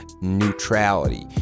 neutrality